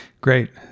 Great